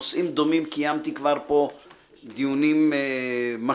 בנושאים דומים קיימתי כבר פה דיונים משמעותיים,